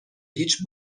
هیچ